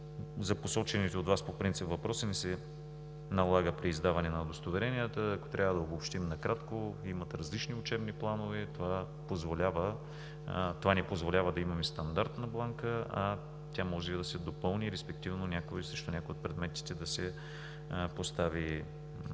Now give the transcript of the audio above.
За посочените от Вас по принцип въпроси не се налага преиздаване на удостоверенията. Ако трябва да обобщим накратко, имат различни учебни планове – това ни позволява да имаме стандартна бланка, а тя може да се допълни, респективно срещу някои от предметите да се постави тире.